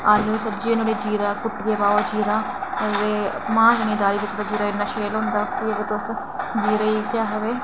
ते सब्जियै च कुट्टियै पाओ जीरा कुट्टियै मां चने दी दाल बिच जीरा इन्ना शैल होंदा जेकर तुस जीरे गी केह् आखदे